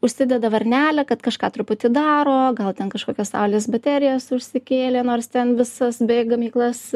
užsideda varnelę kad kažką truputį daro gal ten kažkokias saulės baterijas užsikėlė nors ten visas beje gamyklas